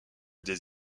des